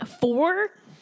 four